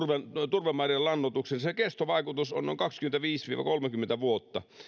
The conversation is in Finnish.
turvemaiden lannoitukseen sen kestovaikutus on on kaksikymmentäviisi viiva kolmekymmentä vuotta